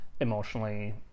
emotionally